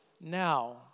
now